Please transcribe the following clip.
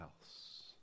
else